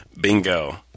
Bingo